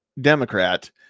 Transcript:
Democrat